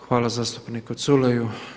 Hvala zastupniku Culeju.